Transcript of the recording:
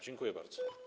Dziękuję bardzo.